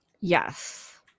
Yes